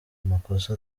amakosa